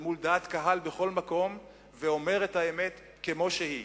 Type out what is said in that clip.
ומול דעת קהל, בכל מקום, ואומר את האמת כמו שהיא.